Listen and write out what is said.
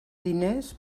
diners